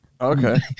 Okay